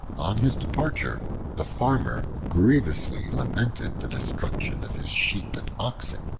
on his departure the farmer grievously lamented the destruction of his sheep and oxen,